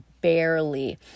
barely